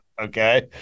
Okay